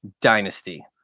Dynasty